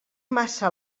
massa